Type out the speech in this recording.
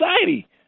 society